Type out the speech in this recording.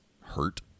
hurt